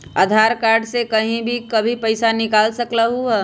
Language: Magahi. आधार कार्ड से कहीं भी कभी पईसा निकाल सकलहु ह?